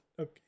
Okay